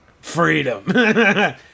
Freedom